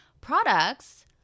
products